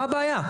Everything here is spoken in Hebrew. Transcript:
מה הבעיה?